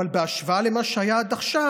אבל בהשוואה למה שהיה עד עכשיו,